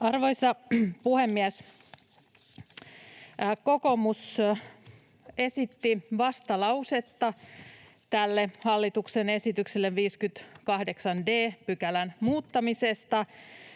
Arvoisa puhemies! Kokoomus esitti vastalausetta tälle hallituksen esitykselle 58 d §:n muuttamisesta.